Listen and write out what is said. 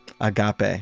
Agape